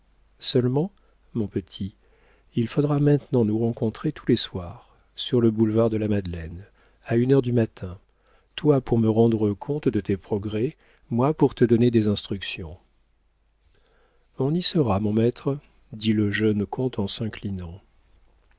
seulement mon petit il faudra maintenant nous rencontrer tous les soirs sur le boulevard de la madeleine à une heure du matin toi pour me rendre compte de tes progrès moi pour te donner des instructions on y sera mon maître dit le jeune comte en s'inclinant